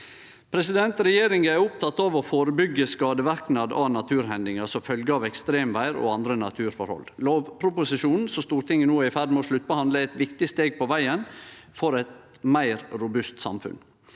seg. Regjeringa er oppteken av å førebyggje skadeverknad av naturhendingar som følgje av ekstremvêr og andre naturforhold. Lovproposisjonen som Stortinget no er i ferd med å sluttbehandle, er eit viktig steg på vegen til eit meir robust samfunn.